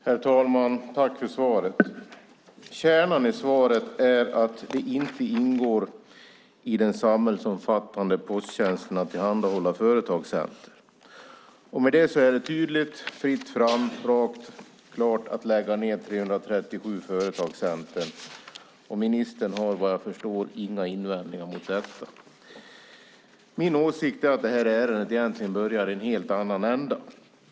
Herr talman! Tack för svaret! Kärnan i svaret är att det inte ingår i den samhällsomfattande posttjänsten att tillhandahålla företagstjänster. Med det är det tydligt att det är fritt fram att lägga ned 337 företagscenter, och ministern har, vad jag förstår, inga invändningar mot detta. Min åsikt är att detta ärende egentligen börjar i en helt annan ände.